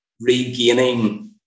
regaining